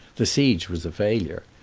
the siege was a failure.